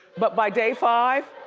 but by day five,